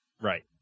Right